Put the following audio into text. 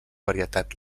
varietat